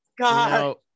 god